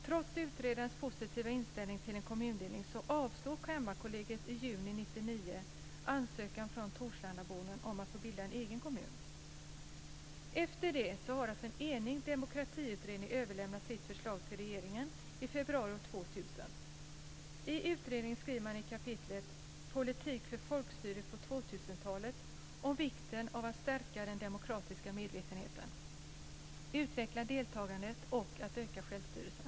Trots utredarens positiva inställning till en kommundelning avslår Kammarkollegiet i juni 1999 ansökan från torslandaborna om att få bilda en egen kommun. Efter det har alltså en enig demokratiutredning överlämnat sitt förslag till regeringen - i februari 2000. I utredningen skriver man i kapitlet "Politik för folkstyrelse på 2000-talet" om vikten av att stärka den demokratiska medvetenheten, att utveckla deltagandet och att öka självstyrelsen.